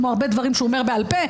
כמו הרבה דברים שהוא אומר בעל פה,